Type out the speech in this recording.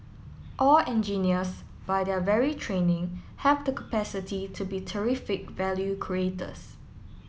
all engineers by their very training have the capacity to be terrific value creators